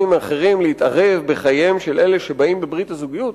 אחרים להתערב בחייהם של אלה שבאים בברית הזוגיות,